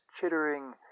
chittering